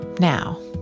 now